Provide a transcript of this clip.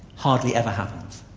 hardly ever happens.